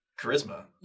charisma